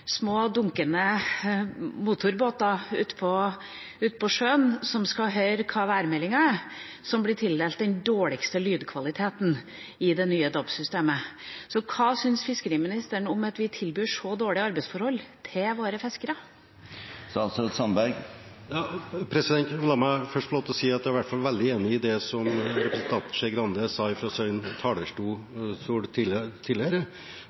små, dunkende motorbåter utpå sjøen, som skal høre hva værmeldingen er, som blir tildelt den dårligste lydkvaliteten i det nye DAB-systemet. Hva syns fiskeriministeren om at vi tilbyr så dårlige arbeidsforhold til våre fiskere? La meg først få lov til å si at jeg i hvert fall er veldig enig i det representanten Skei Grande sa